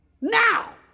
now